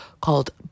called